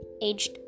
aged